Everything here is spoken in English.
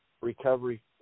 recovery